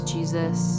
Jesus